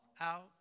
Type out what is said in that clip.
out